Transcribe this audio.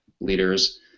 leaders